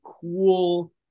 cool